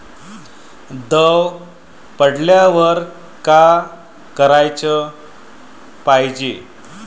दव पडल्यावर का कराच पायजे?